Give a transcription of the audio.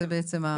זה בעצם התיקון.